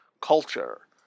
culture